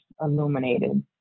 illuminated